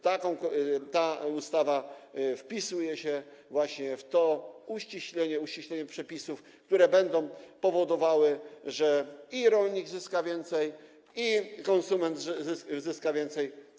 Ta ustawa wpisuje się właśnie w to uściślenie przepisów, które będą powodowały, że i rolnik zyska więcej, i konsument zyska więcej.